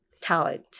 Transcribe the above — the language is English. talent